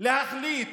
להחליט